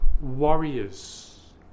warriors